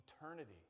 eternity